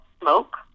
smoke